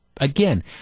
Again